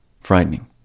frightening